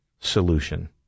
Solution